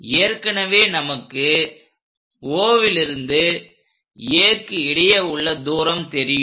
ஏற்கனவே நமக்கு Oலிருந்து Aக்கு இடையே உள்ள தூரம் தெரியும்